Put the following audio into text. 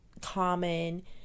common